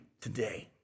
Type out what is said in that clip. today